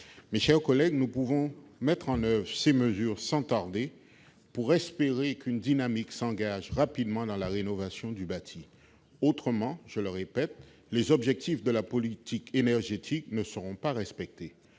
Mes chers collègues, nous pouvons mettre en oeuvre ces mesures sans tarder pour espérer qu'une dynamique s'engage rapidement dans la rénovation du bâti. Autrement, je le répète, les objectifs de la politique énergétique ne seront pas respectés.